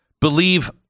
believe